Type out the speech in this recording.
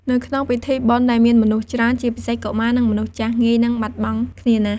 នៅក្នុងពិធីបុណ្យដែលមានមនុស្សច្រើន ជាពិសេសកុមារ និងមនុស្សចាស់ ងាយនឹងបាត់បង់គ្នាណាស់។